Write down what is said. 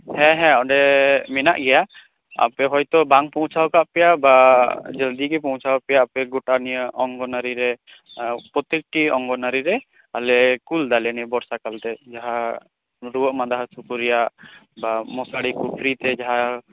ᱦᱮᱸ ᱦᱮᱸ ᱚᱸᱰᱮ ᱢᱮᱱᱟᱜ ᱜᱮᱭᱟ ᱟᱯᱮ ᱦᱚᱭᱛᱚ ᱵᱟᱝ ᱯᱚᱣᱪᱷᱟᱣ ᱠᱟᱜ ᱯᱮᱭᱟ ᱵᱟ ᱡᱚᱞᱫᱤ ᱜᱮ ᱯᱚᱣᱪᱷᱟᱣ ᱯᱮᱭᱟ ᱟᱯᱮ ᱜᱚᱴᱟ ᱱᱤᱭᱟᱹ ᱚᱝᱜᱚᱱᱳᱣᱟᱲᱤ ᱨᱮ ᱟᱨ ᱯᱨᱛᱮᱠᱴᱤ ᱚᱝᱜᱚᱱᱳᱣᱟᱲᱤ ᱨᱮ ᱟᱞᱮ ᱠᱩᱞ ᱫᱟᱞᱮ ᱱᱤᱭᱟᱹ ᱵᱚᱨᱥᱟᱠᱟᱞ ᱨᱮ ᱡᱟᱦᱟᱸ ᱨᱩᱣᱟᱹᱜ ᱢᱟᱸᱫᱟ ᱦᱟᱥᱩ ᱠᱚ ᱨᱮᱭᱟᱜ ᱵᱟ ᱢᱚᱥᱟᱨᱤ ᱠᱚ ᱯᱷᱤᱨᱤᱛᱮ ᱡᱟᱦᱟᱸ